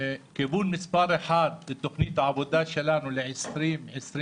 כיוון מספר אחד בתוכנית העבודה שלנו ל 2022-2021